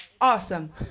awesome